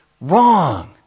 Wrong